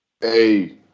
Hey